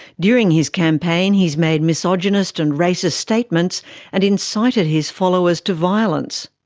during his campaign he's made misogynist and racist statements and incited his followers to violence.